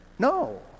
No